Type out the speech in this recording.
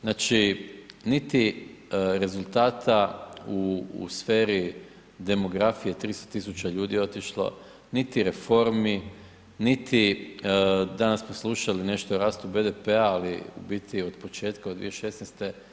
Znači niti rezultata u sferi demografije, 300 000 ljudi je otišlo, niti reformi, niti danas smo slušali nešto o rastu BDP-a ali u biti od početka, od 2016.